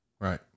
right